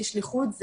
כשליחות,